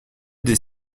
des